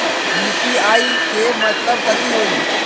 UPI के मतलब कथी होई?